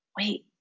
wait